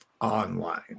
online